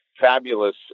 fabulous